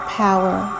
power